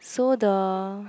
so the